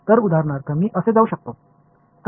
तर उदाहरणार्थ मी असे जाऊ शकतो